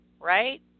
right